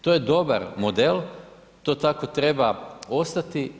To je dobar model, to tako treba ostati.